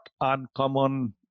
uncommon